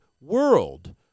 world